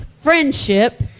friendship